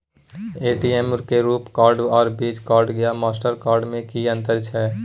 ATM में RuPay card आर Visa card या मास्टर कार्ड में कि अतंर छै?